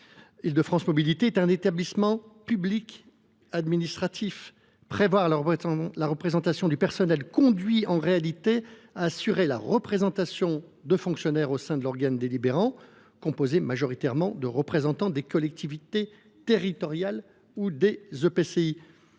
Île de France Mobilités est un établissement public administratif. En prévoyant la présence de représentants du personnel, on assure en réalité la représentation de fonctionnaires au sein de l’organe délibérant, composé majoritairement de représentants des collectivités territoriales ou des